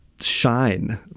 shine